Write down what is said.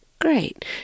great